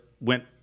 went